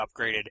upgraded